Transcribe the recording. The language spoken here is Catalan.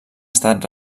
estat